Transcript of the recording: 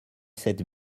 sept